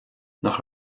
nach